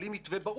בלי מתווה ברור,